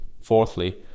Fourthly